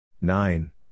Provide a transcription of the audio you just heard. nine